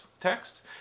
text